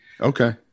Okay